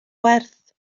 werth